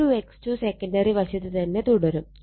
R2 X2 secondary വശത്ത് തന്നെ തുടരും